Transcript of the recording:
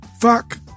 Fuck